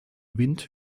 wind